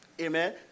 amen